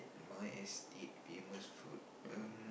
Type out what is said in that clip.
my estate famous food um